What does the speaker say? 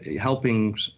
helping